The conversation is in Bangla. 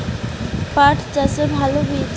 পাঠ চাষের ভালো বীজ?